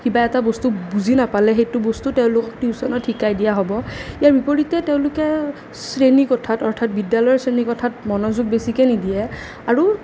কিবা এটা বস্তু বুজি নাপালে সেইটো বস্তু তেওঁলোকক টিউচনত শিকাই দিয়া হ'ব ইয়াৰ বিপৰীতে তেওঁলোকে শ্ৰেণীকোঠাত অৰ্থাৎ বিদ্যালয়ৰ শ্ৰেণীকোঠাত মনোযোগ বেছিকৈ নিদিয়ে আৰু